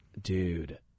Dude